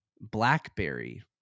blackberry